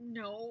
no